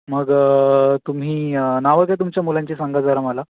मग तुम्ही नावं काय तुमच्या मुलांची सांगा जरा मला